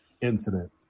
incident